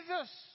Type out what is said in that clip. Jesus